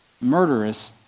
murderous